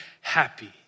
happy